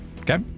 Okay